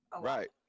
Right